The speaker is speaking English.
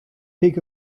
peak